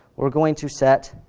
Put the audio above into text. we're going to set